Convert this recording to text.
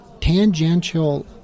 tangential